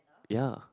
ya